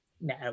no